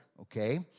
okay